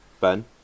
Ben